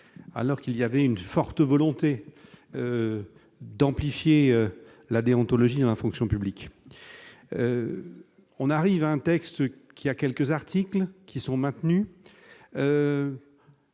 alors qu'il y avait une forte volonté d'amplifier la déontologie en fonction publique, on arrive à un texte qui a quelques articles qui sont maintenus.